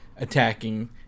attacking